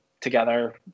together